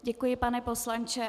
Děkuji, pane poslanče.